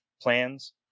plans